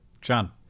john